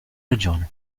regione